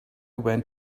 went